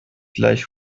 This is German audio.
gleich